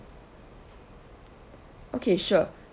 okay sure